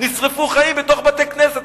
נשרפו חיים בתוך בתי-כנסת.